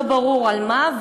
לא ברור על מה,